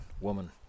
woman